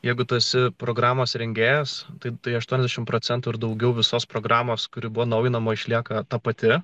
jeigu tu esi programos rengėjas tai tai aštuoniasdešimt procentų ir daugiau visos programos kuri buvo naujinama išlieka ta pati